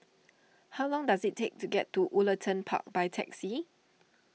how long does it take to get to Woollerton Park by taxi